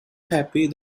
happy